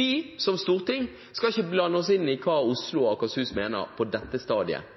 Vi som storting skal ikke blande oss inn i hva Oslo og Akershus mener på dette stadiet.